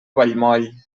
vallmoll